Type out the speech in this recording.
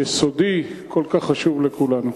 יסודי, כל כך חשוב לכולנו.